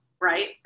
right